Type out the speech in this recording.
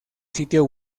sitio